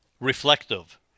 reflective